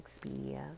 Expedia